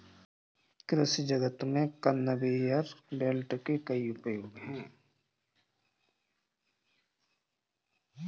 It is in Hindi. कृषि जगत में कन्वेयर बेल्ट के कई उपयोग हैं